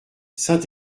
saint